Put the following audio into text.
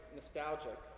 nostalgic